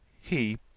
he,